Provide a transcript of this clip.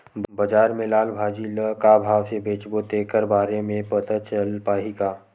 बजार में भाजी ल का भाव से बेचबो तेखर बारे में पता चल पाही का?